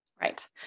Right